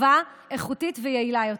טובה, איכותית ויעילה יותר.